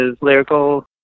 lyrical